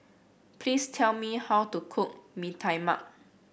please tell me how to cook Bee Tai Mak